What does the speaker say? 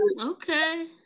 Okay